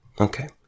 Okay